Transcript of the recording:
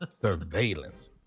Surveillance